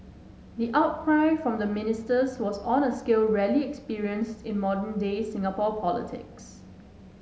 the outcry from the ministers was on a scale rarely experienced in modern day Singapore politics